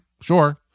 sure